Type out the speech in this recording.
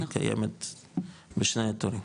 היא קיימת בשני התורים.